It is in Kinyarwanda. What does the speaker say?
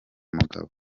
mugabo